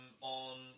on